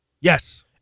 Yes